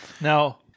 Now—